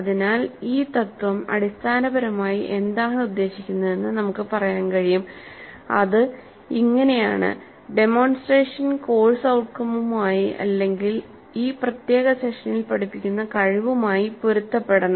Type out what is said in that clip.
അതിനാൽ ഈ തത്വം അടിസ്ഥാനപരമായി എന്താണ് ഉദ്ദേശിക്കുന്നതെന്ന് നമുക്ക് പറയാൻ കഴിയും അത് ഇങ്ങനെയാണ് ഡെമോൺസ്ട്രേഷൻ കോഴ്സ് ഔട്ട്കംമുമായി അല്ലെങ്കിൽ ഈ പ്രത്യേക സെഷനിൽ പഠിപ്പിക്കുന്ന കഴിവുമായി പൊരുത്തപ്പെടണം